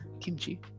kimchi